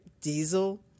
diesel